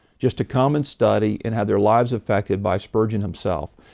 just a common study, and have their lives affected by spurgeon himself.